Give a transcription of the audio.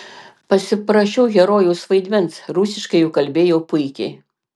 pasiprašiau herojaus vaidmens rusiškai juk kalbėjau puikiai